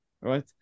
right